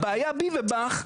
הבעיה בי ובך,